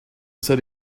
said